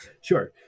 sure